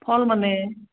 ফল মানে